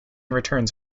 returns